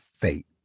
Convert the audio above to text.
fate